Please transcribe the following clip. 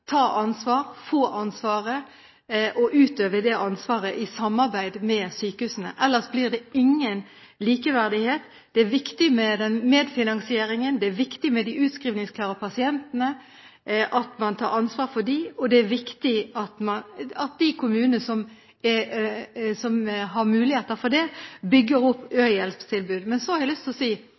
ta ansvar, få ansvaret og utøve ansvaret i samarbeid med sykehusene, ellers blir det ingen likeverdighet. Det er viktig med medfinansieringen, det er viktig at man tar ansvar for de utskrivningsklare pasientene, og det er viktig at de kommunene som har muligheter for det, bygger opp ø-hjelptilbud. Men så har jeg lyst til å si